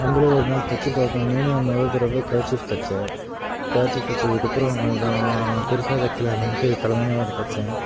நம்பளும் ஒரு நாள் தைச்சு பார்ப்போமேன்னு மொதல் தடவ கேர்சீஃப் தைச்சேன் கேர்சீஃப் தைச்சதுக்கப்பறம் கொஞ்சம் பெரிசா தைக்கலாமேன்ட்டு தலகாணி உறை தைச்சேன்